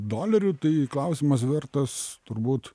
dolerių tai klausimas vertas turbūt